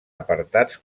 apartats